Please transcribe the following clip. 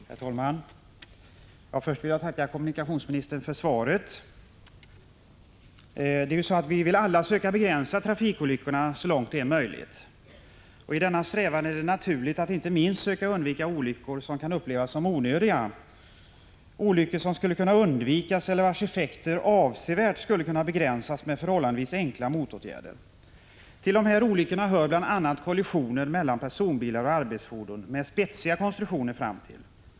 Herr talman! Först vill jag tacka kommunikationsministern för svaret. Vi vill alla söka begränsa trafikolyckorna så långt som möjligt. I denna strävan är det naturligt att inte minst söka undvika olyckor som kan upplevas som onödiga, olyckor som skulle kunna undvikas eller vilkas effekter avsevärt skulle kunna begränsas med förhållandevis enkla motåtgärder. Till dessa olyckor hör bl.a. kollisioner mellan personbilar och arbetsfordon med spetsiga konstruktioner framtill.